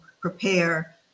prepare